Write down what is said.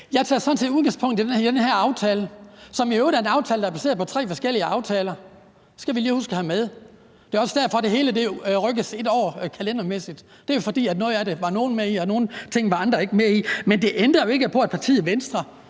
Jeg tager sådan set udgangspunkt i den her aftale, som i øvrigt er en aftale, som er baseret på tre forskellige aftaler. Det skal vi lige huske at have med. Det er også derfor, det hele rykkes et år kalendermæssigt. Det er jo, fordi noget af det var nogen med i og nogle ting var andre ikke med i. Men det ændrer ikke på, at partiet Venstre